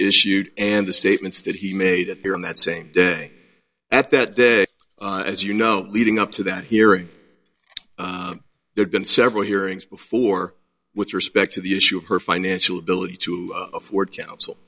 issued and the statements that he made here in that same day at that day as you know leading up to that hearing they're going to several hearings before with respect to the issue of her financial ability to afford counsel